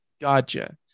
Gotcha